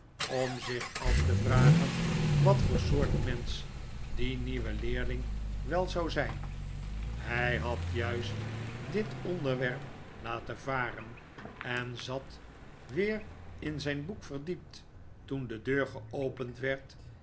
om zich af te vragen wat voor soort mensch die nieuwe leerling wel zou zijn hij had juist dit onderwerp laten varen en zat weer in zijn boek verdiept toen de deur geopend werd